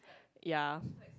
ya